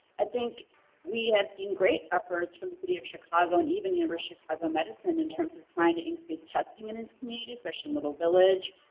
i think we have seen great efforts from the city of chicago and even university of chicago medicine and in terms of trying to increase testing in his community, especially in little village,